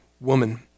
woman